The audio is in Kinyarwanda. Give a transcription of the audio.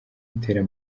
itera